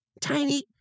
tiny